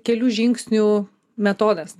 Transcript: kelių žingsnių metodas